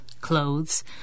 clothes